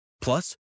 Plus